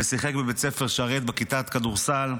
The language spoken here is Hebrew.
ושיחק בבית ספר שרת בכיתת כדורסל,